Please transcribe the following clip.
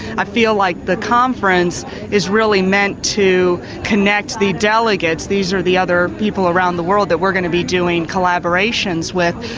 i feel like the conference is really meant to connect the delegates, these are the other people around the world that we're going to be doing collaborations with,